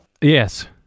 yes